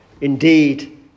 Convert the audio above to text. Indeed